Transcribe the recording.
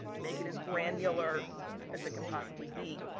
make it as granular as it can possibly be.